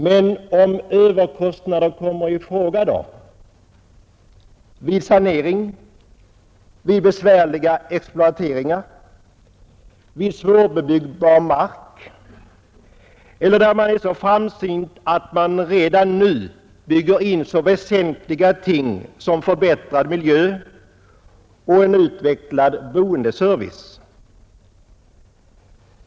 Men om överkostnader kommer i fråga då, vid sanering, vid besvärliga exploateringar, vid svårbebyggbar mark eller där man är så framsynt att man redan nu bygger in så väsentliga ting som förbättrad miljö och en utvecklad boendeservice?